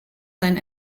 sein